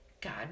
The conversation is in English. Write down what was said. God